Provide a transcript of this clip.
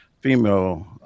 female